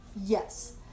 Yes